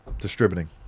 distributing